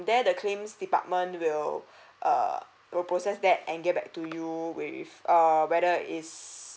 there the claims department will err they'll process that and get back to you with err whether is